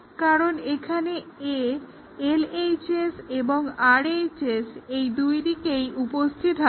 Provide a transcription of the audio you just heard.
কারণ এখানে a LHS এবং RHS এই দুই দিকেই উপস্থিত আছে